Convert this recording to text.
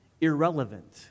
irrelevant